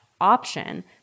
option